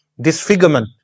Disfigurement